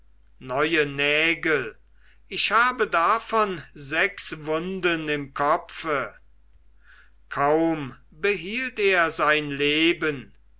neue nägel ich habe davon sechs wunden im kopfe kaum behielt er sein leben